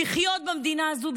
לחיות במדינה הזאת,